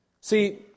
See